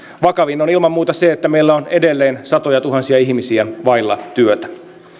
vakavin on ilman muuta se että meillä on edelleen satojatuhansia ihmisiä vailla työtä